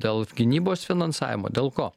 dėl gynybos finansavimo dėl ko